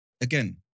Again